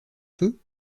peu